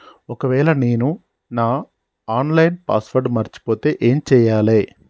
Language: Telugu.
ఒకవేళ నేను నా ఆన్ లైన్ పాస్వర్డ్ మర్చిపోతే ఏం చేయాలే?